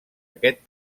aquest